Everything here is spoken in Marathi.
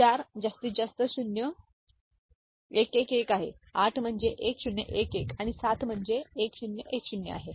4 जास्तीत जास्त 0111 आहे 8 म्हणजे 1011 आहे आणि 7 म्हणजे 1010 आहे